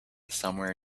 somewhere